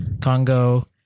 Congo